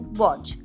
watch